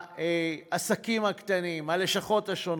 העסקים הקטנים, הלשכות השונות.